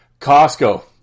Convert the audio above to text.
Costco